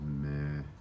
meh